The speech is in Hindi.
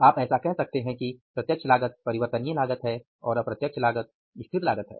आप ऐसा कह सकते हैं कि प्रत्यक्ष लागत परिवर्तनीय लागत है और अप्रत्यक्ष लागत स्थिर लागत है